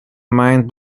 mind